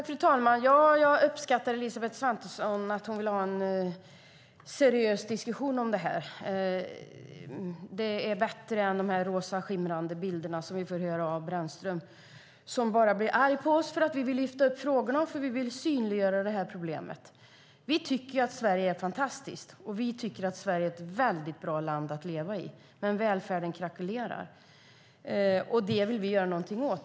Fru talman! Jag uppskattar att Elisabeth Svantesson vill ha en seriös diskussion om det här. Det är bättre än de rosaskimrande bilderna som vi får höra om från Brännström, som bara blir arg på oss för att vi vill lyfta upp frågorna, för att vi vill synliggöra det här problemet. Vi tycker att Sverige är fantastiskt, och vi tycker att Sverige är ett väldigt bra land att leva i. Men välfärden krackelerar, och det vill vi göra någonting åt.